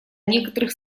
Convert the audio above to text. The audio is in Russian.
некоторых